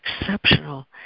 exceptional